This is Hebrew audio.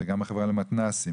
את החברה למתנ"סים,